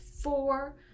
four